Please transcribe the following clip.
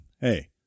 Hey